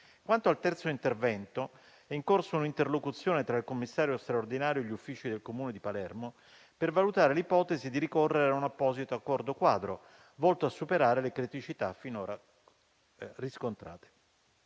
Quanto al terzo intervento, è in corso un'interlocuzione tra il commissario straordinario e gli uffici del Comune di Palermo per valutare l'ipotesi di ricorrere a un apposito accordo quadro, volto a superare le criticità finora riscontrate.